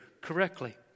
correctly